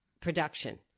production